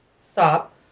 Stop